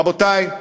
רבותי,